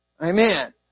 Amen